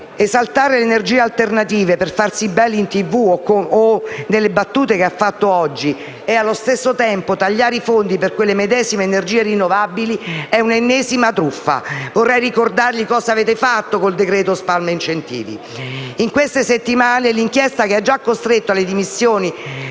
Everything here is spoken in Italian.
Esaltare le energie alternative per farsi belli in TV o nelle battute che ha fatto oggi e, allo stesso tempo, tagliare i fondi per quelle medesime energie rinnovabili è un'ennesima truffa. Vi ricordo cosa avete fatto con il decreto cosiddetto spalma incentivi. In queste settimane l'inchiesta che ha già costretto alle dimissioni